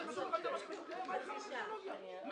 אני קובע רביזיה לעוד חצי שעה